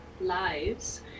lives